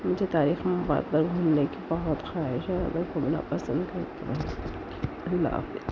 مجھے تاریخی مقامات پر گھومنے کی بہت خواہش ہے مجھے گھومنا پسند ہے اللہ حافظ